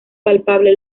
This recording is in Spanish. palpable